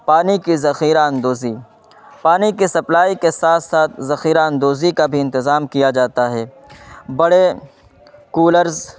پانی کی ذخیرہ اندوزی پانی کی سپلائی کے ساتھ ساتھ ذخیرہ اندوزی کا بھی انتظام کیا جاتا ہے بڑے کولرز